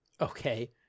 Okay